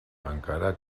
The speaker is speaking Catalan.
encara